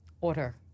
order